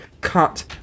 cut